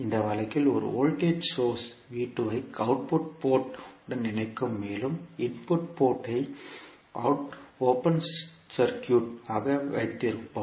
இந்த வழக்கில் ஒரு வோல்டேஜ் சோர்ஸ் ஐ அவுட்புட் போர்ட் உடன் இணைக்கும் மேலும் இன்புட் போர்ட் ஐ ஓபன் சர்க்யூட் ஆக வைத்திருப்போம்